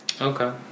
Okay